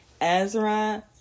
ezra